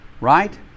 right